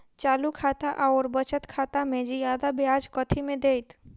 चालू खाता आओर बचत खातामे जियादा ब्याज कथी मे दैत?